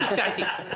התייעצות סיעתית.